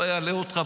לא אלאה אותך.